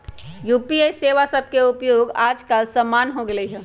UPI सेवा सभके उपयोग याजकाल सामान्य हो गेल हइ